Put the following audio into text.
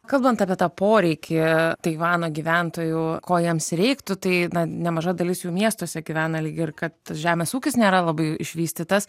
kalbant apie tą poreikį taivano gyventojų ko jiems reiktų tai nemaža dalis jų miestuose gyvena lyg ir kad žemės ūkis nėra labai išvystytas